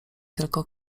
tylko